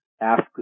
ask